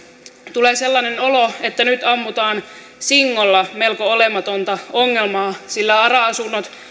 tulee sellainen olo että nyt ammutaan singolla melko olematonta ongelmaa sillä ara asunnot